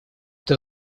это